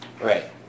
Right